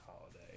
holiday